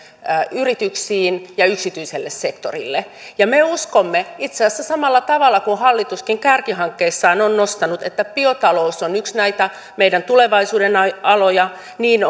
yrityksiin ja yksityiselle sektorille me uskomme itse asiassa samalla tavalla kuin hallituskin kärkihankkeissaan on nostanut että biotalous on yksi näitä meidän tulevaisuuden aloja niin